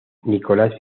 nicolás